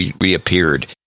reappeared